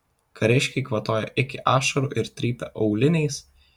kariškiai kvatojo iki ašarų ir trypė auliniais